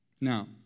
Now